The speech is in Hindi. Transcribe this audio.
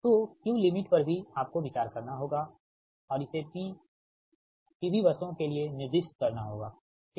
तो Q लिमिट पर भी आपको विचार करना होगा और इसे P V बसों के लिए निर्दिष्ट करना होगा ठीक